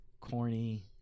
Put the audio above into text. corny